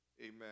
amen